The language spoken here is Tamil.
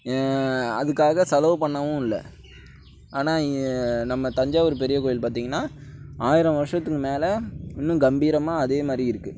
அதுக்காக செலவு பண்ணவும் இல்லை ஆனா நம்ம தஞ்சாவூர் பெரிய கோயில் பார்த்தீங்கன்னா ஆயிரம் வர்ஷத்துக்கு மேலே இன்னும் கம்பீரமாக அதே மாதிரி இருக்கு